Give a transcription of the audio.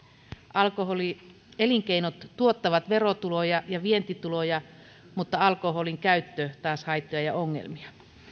alkoholielinkeinot tuottavat verotuloja ja vientituloja mutta alkoholinkäyttö taas haittoja ja ongelmia